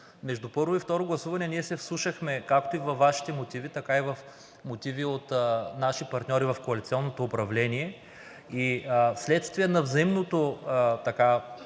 Между първо и второ гласуване ние се вслушахме както във Вашите мотиви, така и в мотивите на нашите партньори в коалиционното управление, и вследствие на взаимното